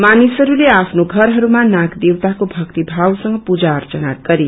मानिसहरूले आफ्नो घरहरूमा नागदेवताको भक्ति भावसंग पूजा अर्चना गरे